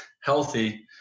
healthy